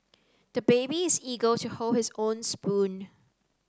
the baby is eager to hold his own spoon